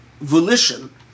volition